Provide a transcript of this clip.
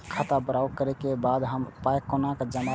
खाता बाउंस करै के बाद हम पाय कोना जमा करबै?